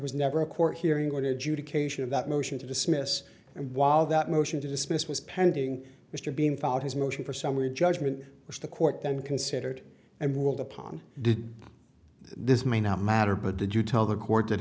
was never a court hearing or to education of that motion to dismiss and while that motion to dismiss was pending mr bean found his motion for summary judgment which the court then considered and world upon did this may not matter but did you tell the court that